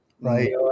Right